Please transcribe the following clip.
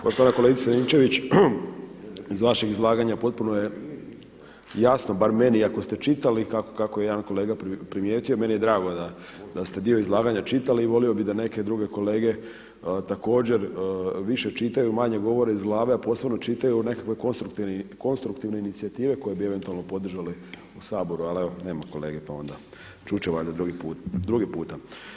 Poštovana kolegice Ninčević, iz vaših izlaganja potpuno je jasno, bar meni i ako ste čitali kako je jedan kolega primijetio, meni je drago da ste dio izlaganja čitali i volio bi da neke druge kolege također više čitaju i manje govore iz glave a … čitaju nekakve konstruktivne inicijative koje bi eventualno podržale u Saboru ali evo nema kolege, pa onda, čuti će valjda drugi puta.